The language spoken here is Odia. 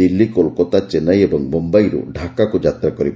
ଦିଲ୍ଲୀ କୋଲକାତା ଚେନ୍ନାଇ ଓ ମୁମ୍ବାଇରୁ ଢାକାକ୍ର ଯାତ୍ରା କରିବ